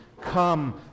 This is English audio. come